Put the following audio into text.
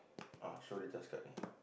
ah show the C_H_A_S card only